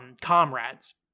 Comrades